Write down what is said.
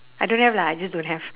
I don't have lah I just don't have